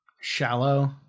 shallow